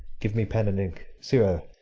give me pen and ink. sirrah,